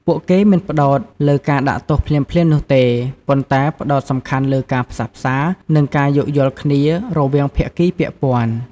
ពួកគេមិនផ្តោតលើការដាក់ទោសភ្លាមៗនោះទេ ប៉ុន្តែផ្តោតសំខាន់លើ ការផ្សះផ្សា និងការយោគយល់គ្នា រវាងភាគីពាក់ព័ន្ធ។